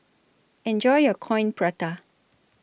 Enjoy your Coin Prata